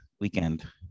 weekend